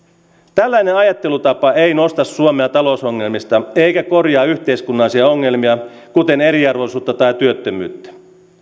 tällainen ajattelutapa ei nosta suomea talousongelmista eikä korjaa yhteiskunnallisia ongelmia kuten eriarvoisuutta ja työttömyyttä